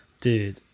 Dude